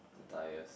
tyres